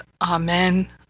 Amen